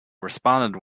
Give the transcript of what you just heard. responded